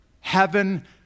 heaven